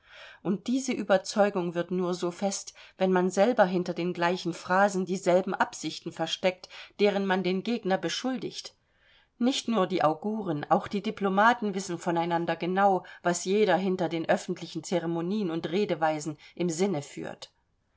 und diese überzeugung wird nur so fest wenn man selber hinter den gleichen phrasen dieselben absichten versteckt deren man den gegner beschuldigt nicht nur die auguren auch die diplomaten wissen voneinander genau was jeder hinter den öffentlichen ceremonien und redeweisen im sinne führt